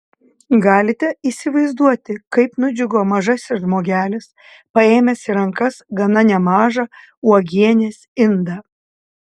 galite įsivaizduoti kaip nudžiugo mažasis žmogelis paėmęs į rankas gana nemažą uogienės indą